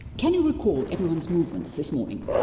can you recall everyone's movements this morning?